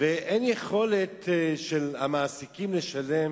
ואין יכולת של המעסיקים לשלם,